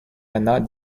hannah